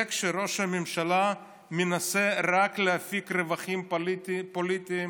זה כשראש הממשלה מנסה רק להפיק רווחים פוליטיים,